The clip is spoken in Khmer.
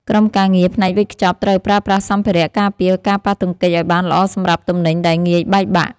ក្រុមការងារផ្នែកវេចខ្ចប់ត្រូវប្រើប្រាស់សម្ភារការពារការប៉ះទង្គិចឱ្យបានល្អសម្រាប់ទំនិញដែលងាយបែកបាក់។